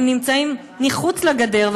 נמצאים מחוץ לגדר,